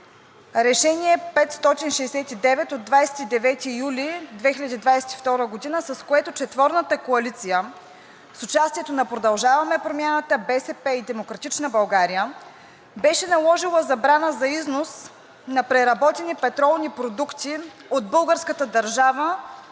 Решение № 569 от 29 юли 2022 г., с което четворната коалиция с участието на „Продължаваме Промяната“, БСП и „Демократична България“ беше наложила забрана за износ на преработени петролни продукти от българската държава